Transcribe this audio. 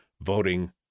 voting